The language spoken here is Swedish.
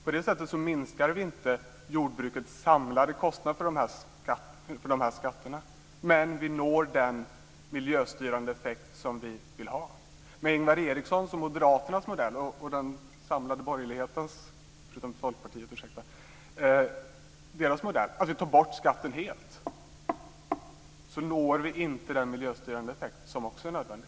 På det sättet minskar vi inte jordbrukets samlade kostnader för dessa skatter, men vi når den miljöstyrande effekt som vi vill ha. Med Ingvar Erikssons, moderaternas och den samlade borgerlighetens, förutom Folkpartiets, modell - att helt ta bort skatten - så når vi inte den miljöstyrande effekt som också är nödvändig.